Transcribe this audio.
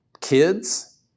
Kids